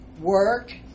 work